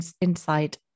insight